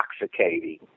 intoxicating